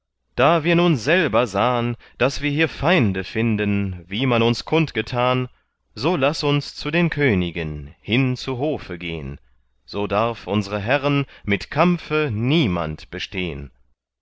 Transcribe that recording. da wir nun selber sahn daß wir hier feinde finden wie man uns kundgetan so laß uns zu den königen hin zu hofe gehn so darf unsre herren mit kampfe niemand bestehn